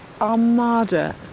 armada